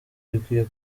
bikwiye